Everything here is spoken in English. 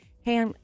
Hey